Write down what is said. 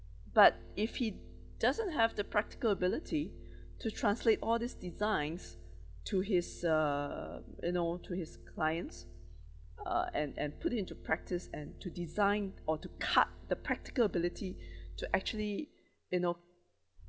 but if he doesn't have the practical ability to translate all these designs to his uh you know to his clients uh and and put it into practice and to design or to cut the practical ability to actually you know